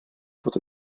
fod